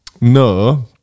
No